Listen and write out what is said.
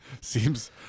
Seems